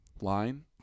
line